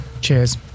Cheers